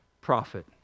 prophet